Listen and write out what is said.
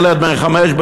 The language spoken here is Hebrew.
ילד בן חמש,